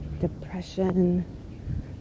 depression